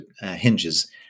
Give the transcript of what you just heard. hinges